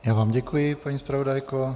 Já vám děkuji, paní zpravodajko.